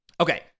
Okay